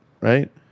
right